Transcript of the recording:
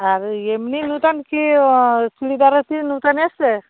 আর এমনি নতুন কি চুড়িদার আছে নতুন এসছে